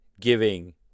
giving